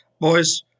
Boys